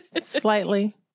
Slightly